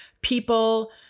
people